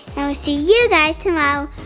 and we'll see you guys tomorrow,